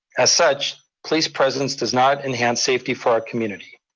as such, police presence does not enhance safety for our community.